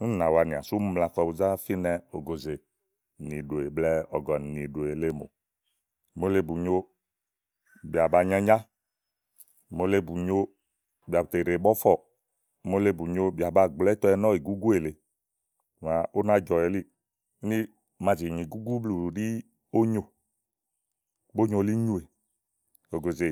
úni nàa wanìà sú úni mla kɔ bu zá fínɛ ògòzè nìɖòè blɛ̀ɛ ɔ̀gɔ̀nì nìɖòè lèe mò mòole bù nyo, bìà ba nyanyá mòole bù nyo bìà bù tè ɖè bɔ̀fɔ̀ɔ̀ mòole bù nyo, bìà ba gblɔ ítɛ nɔ̀ ìgúgú èle màa úná jɔ elíì úni màa zì nyì gúgú blù ɖí ónyò, bónyolínyòè, ògòzè.